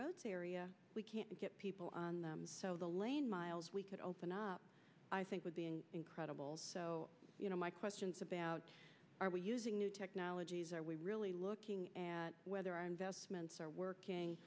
roads area we can't get people so the lane miles we could open up i think would be an incredible you know my questions about are we using new technologies are we really looking at whether our investments are working